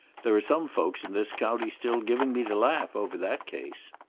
there are some folks in this county still giving me the laugh over that case.